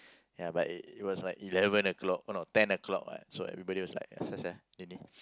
ya but it it was like eleven o-clock oh no ten o-clock what so everybody was like